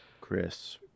Chris